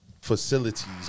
Facilities